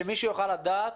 שמישהו יוכל לדעת